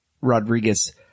rodriguez